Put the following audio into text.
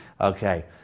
Okay